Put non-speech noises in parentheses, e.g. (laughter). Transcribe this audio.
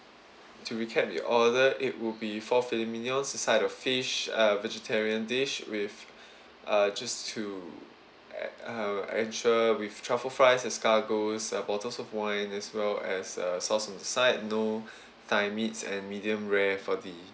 to recap the order it will be four filet mignons a side of fish uh vegetarian dish with (breath) uh just to uh have actual with truffle fries escargots uh bottles of wine as well as uh sauce on the side no (breath) thigh meats and medium rare for the